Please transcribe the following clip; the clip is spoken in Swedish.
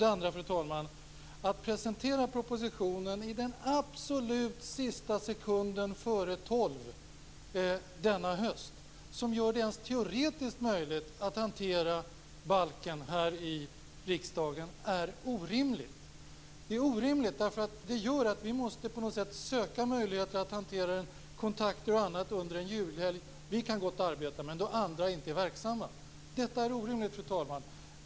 Det andra, fru talman: Att presentera propositionen i den absolut sista sekunden före tolv denna höst, vilket gör att det inte ens teoretiskt blir möjligt att hantera balken här i riksdagen, är orimligt. Det är orimligt därför att det gör att vi måste söka möjligheter att hantera den, ta kontakter osv., under en julhelg. Vi kan gott arbeta, men andra är inte verksamma då. Detta är orimligt, fru talman!